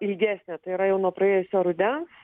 ilgesnė tai yra jau nuo praėjusio rudens